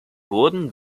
wurden